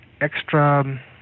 extra